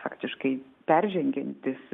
faktiškai peržengiantys